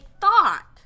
thought